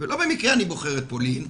ולא במקרה אני בוחר את פולין,